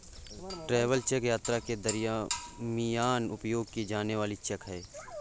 travel cheque यात्रा के दरमियान उपयोग की जाने वाली चेक है